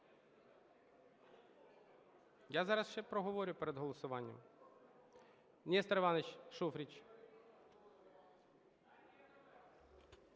Я зараз ще проговорю перед голосуванням.